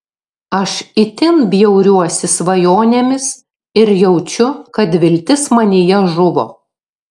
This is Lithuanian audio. aš itin bjauriuosi svajonėmis ir jaučiu kad viltis manyje žuvo